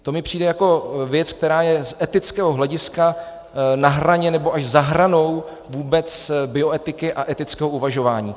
To mi přijde jako věc, která je z etického hlediska na hraně nebo až za hranou vůbec bioetiky a etického uvažování.